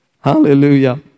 Hallelujah